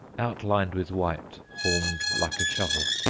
outlined with white, formed like a shovel.